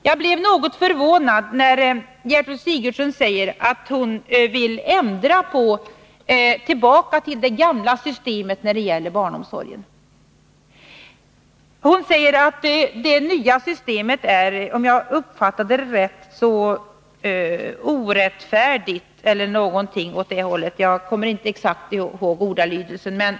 Jag blev något förvånad, när Gertrud Sigurdsen sade att hon vill ändra systemet när det gäller barnomsorgen och gå tillbaka till det gamla. Hon sade att det nya systemet är, om jag uppfattade rätt, orättfärdigt — eller något åt det hållet, jag kommer inte exakt ihåg ordalydelsen.